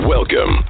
Welcome